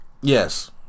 yes